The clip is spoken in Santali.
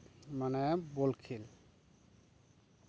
ᱢᱟᱱᱮ ᱵᱳᱞ ᱠᱷᱮᱞ